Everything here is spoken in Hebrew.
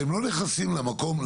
הם לא נכנסים למקום,